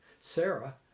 Sarah